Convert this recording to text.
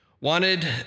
wanted